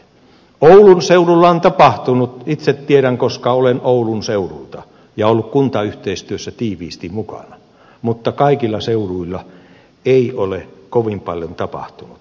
oulun seudulla on tapahtunut itse tiedän koska olen oulun seudulta ja ollut kuntayhteistyössä tiiviisti mukana mutta kaikilla seuduilla ei ole kovin paljon tapahtunut